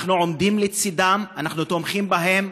אנחנו עומדים לצידם, אנחנו תומכים בהם.